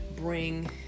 bring